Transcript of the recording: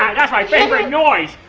that's my favorite noise!